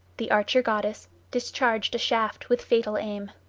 the archer-goddess discharged a shaft with fatal aim.